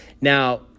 Now